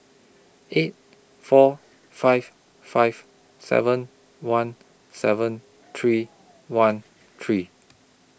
eight four five five seven one seven three one three